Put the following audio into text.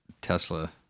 Tesla